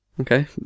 Okay